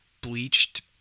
bleached